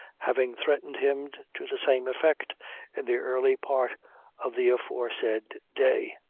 having threatened him to the same effect in the early part of the aforesaid day.